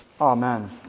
Amen